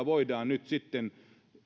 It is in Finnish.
voidaan sitten